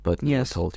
Yes